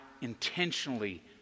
intentionally